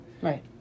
Right